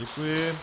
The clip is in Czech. Děkuji.